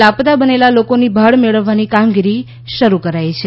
લાપત્તા બનેલા લોકોની ભાળ મેળવવાની કામગીરી શરૂ કરાઈ છે